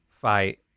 fight